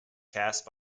cast